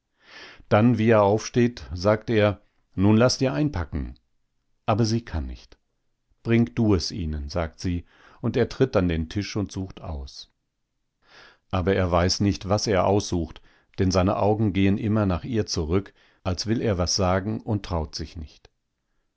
dann wie er aufsteht sagt er nun laß dir einpacken aber sie kann nicht bring du es ihnen sagt sie und er tritt an den tisch und sucht aus aber er weiß nicht was er aussucht denn seine augen gehen immer nach ihr zurück als will er was sagen und traut sich nicht